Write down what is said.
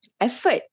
effort